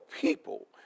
people